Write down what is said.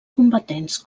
combatents